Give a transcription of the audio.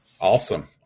Awesome